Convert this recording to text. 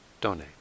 donate